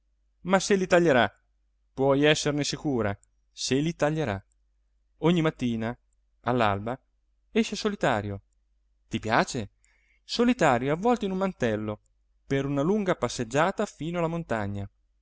ma se li taglierà puoi esserne sicura se li taglierà ogni mattina all'alba esce solitario ti piace solitario e avvolto in un mantello per una lunga passeggiata fino alla montagna